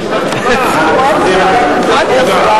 בגבעה.